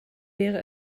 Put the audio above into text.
wäre